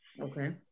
Okay